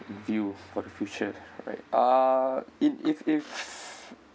view for the future right uh if if if